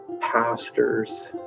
pastors